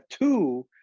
two